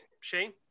Shane